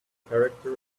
character